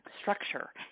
structure